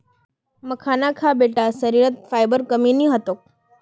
मखाना खा बेटा शरीरत फाइबरेर कमी नी ह तोक